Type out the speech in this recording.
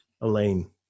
Elaine